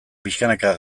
pixkanaka